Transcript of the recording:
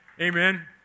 Amen